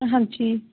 ਹਾਂਜੀ